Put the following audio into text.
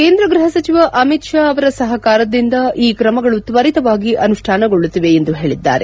ಕೇಂದ್ರ ಗೃಹ ಸಚಿವ ಅಮಿತ್ ಷಾ ಅವರ ಸಹಕಾರದಿಂದ ಈ ಕ್ರಮಗಳು ತ್ವರಿತವಾಗಿ ಅನುಷ್ಟಾನಗೊಳ್ಳುತ್ತಿವೆ ಎಂದು ಹೇಳಿದ್ದಾರೆ